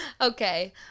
Okay